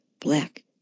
black